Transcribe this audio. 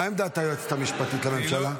מה עמדת היועצת המשפטית לממשלה?